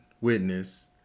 witness